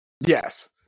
Yes